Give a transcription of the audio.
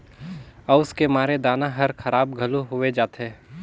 अउस के मारे दाना हर खराब घलो होवे जाथे